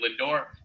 Lindor